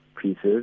pieces